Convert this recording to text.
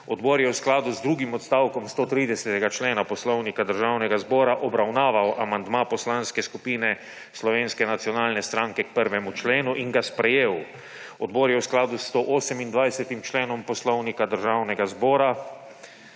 Odbor je v skladu z drugim odstavkom 130. člena Poslovnika Državnega zbora obravnaval amandma Poslanske skupine Slovenske nacionalne stranke k 1. členu in ga sprejel. Odbor je v skladu s 128. členom Poslovnika Državnega zbora